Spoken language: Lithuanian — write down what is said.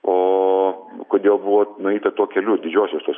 o kodėl buvo nueita tuo keliu iš didžiosios tos